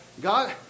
God